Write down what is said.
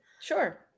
Sure